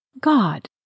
God